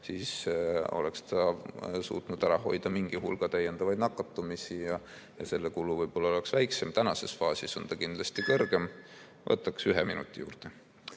siis oleks ta suutnud ära hoida mingi hulga täiendavaid nakatumisi ja see kulu võib-olla oleks väiksem. Tänases faasis on ta kindlasti suurem. Võtaks ühe minuti juurde.